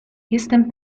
jestem